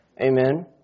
Amen